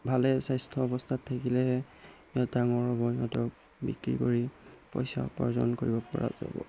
ভালে স্বাস্থ্য অৱস্থাত থাকিলেহে সিহঁত ডাঙৰ হ'ব সিহঁতক বিক্ৰী কৰি পইচা উপাৰ্জন কৰিব পৰা যাব